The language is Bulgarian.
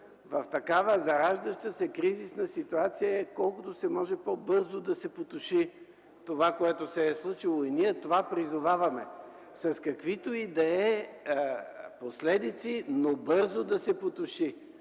в такава зараждаща се кризисна ситуация е колкото се може по-бързо да се потуши това, което се е случило, и ние призоваваме за това с каквито и да е последици, но бързо да се потуши.